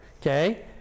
Okay